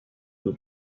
who